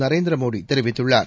நரேந்திர மோடி தெரிவித்துள்ளார்